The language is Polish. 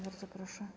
Bardzo proszę.